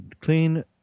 clean